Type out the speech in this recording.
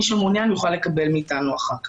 מי שמעוניין יוכל לקבל מאתנו אחר כך.